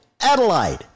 Adelaide